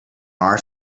our